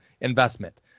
investment